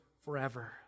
forever